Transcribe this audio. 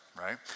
right